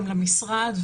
למשרד.